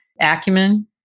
acumen